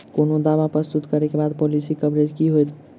कोनो दावा प्रस्तुत करै केँ बाद पॉलिसी कवरेज केँ की होइत?